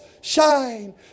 Shine